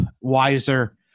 wiser